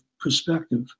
perspective